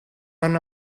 van